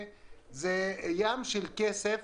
זה ים של כסף